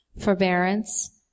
forbearance